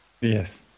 Yes